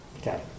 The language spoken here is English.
Okay